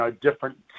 different